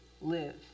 live